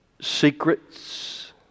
secrets